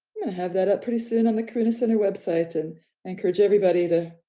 have that up pretty soon on the karuna center website and encourage everybody to,